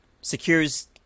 secures